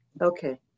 Okay